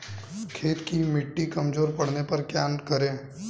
खेत की मिटी कमजोर पड़ने पर क्या करें?